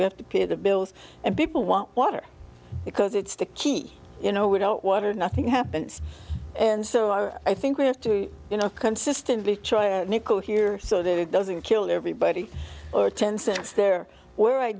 we have to pay the bills and people want water because it's the key you know we don't want to nothing happens and so i think we have to you know consistently choy nickel here so that it doesn't kill everybody or ten six there where i